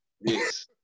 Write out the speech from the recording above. Yes